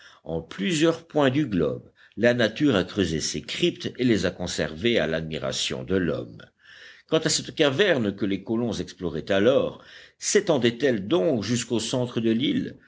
en plusieurs points du globe la nature a creusé ces cryptes et les a conservées à l'admiration de l'homme quant à cette caverne que les colons exploraient alors sétendait elle donc jusqu'au centre de l'île